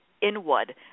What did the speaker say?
inward